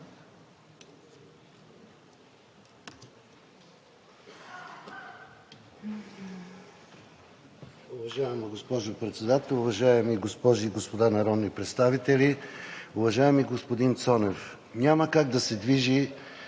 Уважаема госпожо Председател, уважаеми госпожи и господа народни представители! Уважаеми господин Цонев, няма как да се движи